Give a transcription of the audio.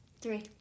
Three